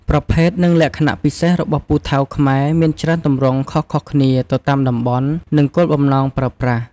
ប្រភេទ និងលក្ខណៈពិសេសរបស់ពូថៅខ្មែរមានច្រើនទម្រង់ខុសៗគ្នាទៅតាមតំបន់ និងគោលបំណងប្រើប្រាស់។